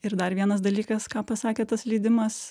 ir dar vienas dalykas ką pasakė tas leidimas